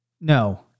No